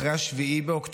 אחרי 7 באוקטובר,